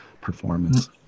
performance